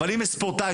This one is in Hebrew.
אם יש ספורטאית